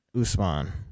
Usman